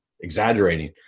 exaggerating